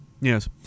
Yes